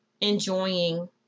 enjoying